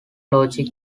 logic